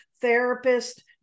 therapist